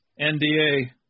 NDA